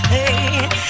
Hey